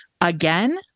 again